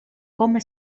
come